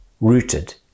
rooted